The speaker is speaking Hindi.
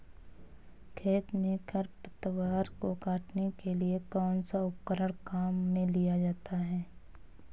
खेत में खरपतवार को काटने के लिए कौनसा उपकरण काम में लिया जाता है?